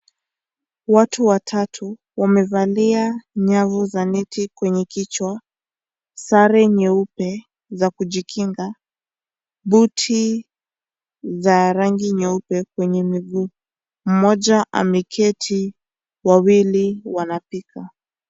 Watu watatu wamevalia nyavu za neti kwenye kichwa. Sare nyeupe za kujikinga, buti za rangi nyeupe kwenye miguu. Mmoja ameketi, wawili wanapika.